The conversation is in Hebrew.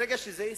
ברגע שזה יסתיים,